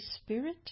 Spirit